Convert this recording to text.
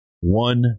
one